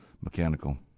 mechanical